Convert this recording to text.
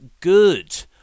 Good